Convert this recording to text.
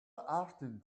often